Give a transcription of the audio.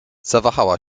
zawahała